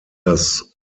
das